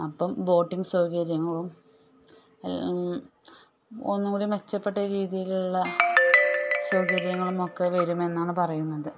അപ്പം ബോട്ടിങ് സൗകര്യങ്ങളും എല്ലാം ഒന്നും കൂടി മെച്ചപ്പെട്ട രീതിയിലുള്ള സൗകര്യങ്ങളും ഒക്കെ വരുമെന്നാണ് പറയുന്നത്